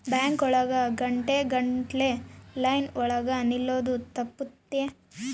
bank ಒಳಗ ಗಂಟೆ ಗಟ್ಲೆ ಲೈನ್ ಒಳಗ ನಿಲ್ಲದು ತಪ್ಪುತ್ತೆ